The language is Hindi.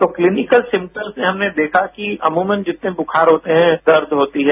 तो क्लिनिकल सिस्टम में हमने देखा कि ज्यादातर अमूमन जितने बुखार होते हैं दर्द होती है